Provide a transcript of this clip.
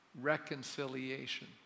Reconciliation